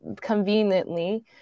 conveniently